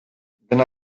dena